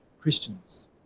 Christians